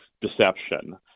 deception